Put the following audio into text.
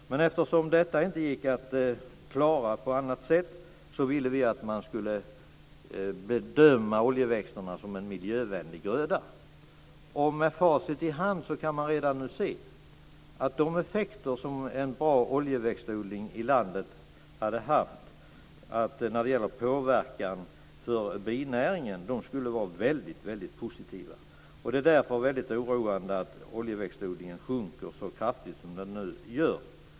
Men eftersom detta inte gick att klara på annat sätt ville vi att man skulle bedöma oljeväxterna som en miljövänlig gröda. Med facit i hand kan man nu se att de effekter som en bra oljeväxtodling i landet skulle haft när det gäller påverkan på binäringen skulle vara väldigt positiva. Därför är det väldigt oroande att oljeväxtodlingen sjunker så kraftigt som den nu gör.